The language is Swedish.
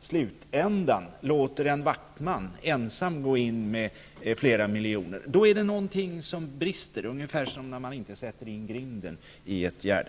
slutändan låter man ändå en vaktman ensam bära flera miljoner. Då är det någonting som brister, ungefär som när man inte sätter in grinden i ett gärde.